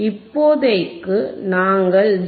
இப்போதைக்கு நாங்கள் 0